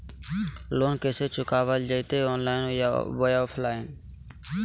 Loan कैसे चुकाबल जयते ऑनलाइन बोया ऑफलाइन?